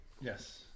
Yes